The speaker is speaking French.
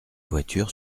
voiture